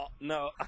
no